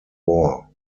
war